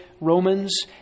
Romans